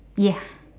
ya